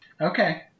Okay